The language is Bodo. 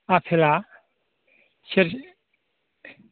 आफेला सेर